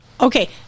okay